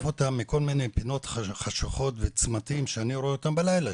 אותם מכל מיני פינות וצמתים שאני רואה אותם בלילה.